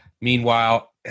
meanwhile